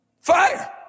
Fire